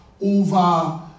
over